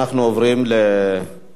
אנחנו עוברים לדיון.